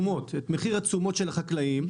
מחיר התשומות של החקלאים,